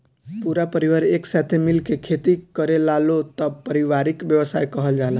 पूरा परिवार एक साथे मिल के खेती करेलालो तब पारिवारिक व्यवसाय कहल जाला